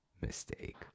mistake